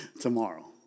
tomorrow